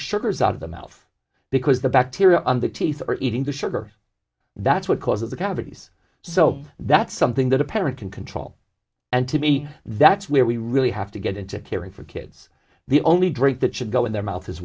sugars out of the mouth because the bacteria on the teeth are eating the sugar that's what causes the cavities so that's something that a parent can control and to me that's where we really have to get into caring for kids the only drink that should go in their mouth is